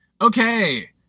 Okay